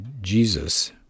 Jesus